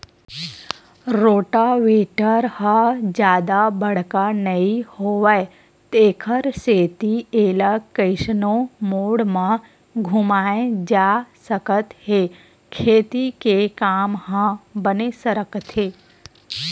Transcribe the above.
rotavator ह जादा बड़का नइ होवय तेखर सेती एला कइसनो मोड़ म घुमाए जा सकत हे खेती के काम ह बने सरकथे